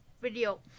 video